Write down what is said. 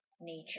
nature